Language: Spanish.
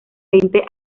veinte